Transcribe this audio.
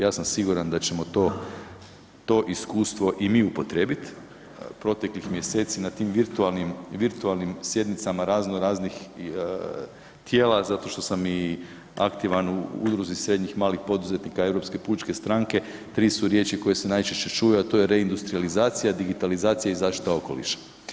Ja sam siguran da ćemo to iskustvo i mi upotrijebiti proteklih mjeseci na tim virtualnim sjednicama razno raznih tijela zato što sam i aktivan u Udruzi srednjih i malih poduzetnika Europske pučke stranke, 3 su riječi koje se najčešće čuju, a to je reindustrijalizacija, digitalizacija i zaštita okoliša.